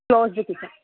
closed kitchen